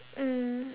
mm